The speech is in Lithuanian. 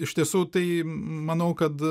iš tiesų tai manau kad